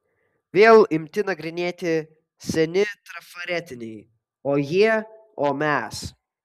vėl imti nagrinėti seni trafaretiniai o jie o mes